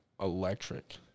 electric